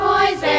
Boys